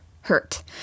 hurt